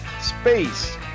space